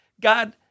God